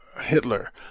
Hitler